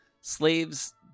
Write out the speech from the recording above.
Slaves